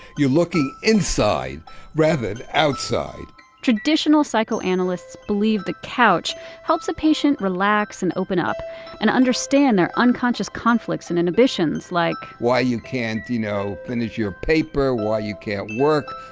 you're looking inside rather than outside traditional psychoanalysts believe the couch helps a patient relax and open up and understand their unconscious conflicts and inhibitions. like why you can't you know finish your paper, why you can't work,